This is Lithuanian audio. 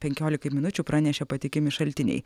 penkiolikai minučių pranešė patikimi šaltiniai